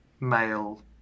male